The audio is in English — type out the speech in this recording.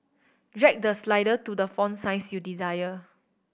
drag the slider to the font size you desire